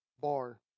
bar